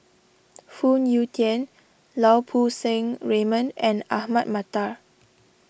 Phoon Yew Tien Lau Poo Seng Raymond and Ahmad Mattar